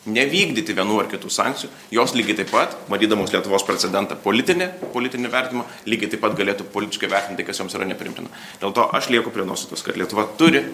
nevykdyti vienų ar kitų sankcijų jos lygiai taip pat matydamos lietuvos precedentą politinį politinį vertinimą lygiai taip pat galėtų politiškai vertinti kas joms yra nepriimtina dėl to aš lieku prie nuostatos kad lietuva turi